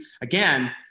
again